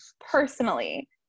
personally